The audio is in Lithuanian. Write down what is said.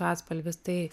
atspalvis tai